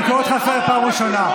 אני קורא אותך לסדר פעם ראשונה.